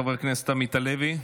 חבר כנסת עמית הלוי,